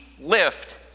lift